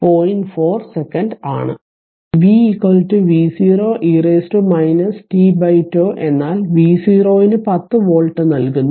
4 second ആണ് V v0 e t τ എന്നാൽ v0 ന് 10 വോൾട്ട് നൽകുന്നു